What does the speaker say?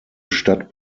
stadt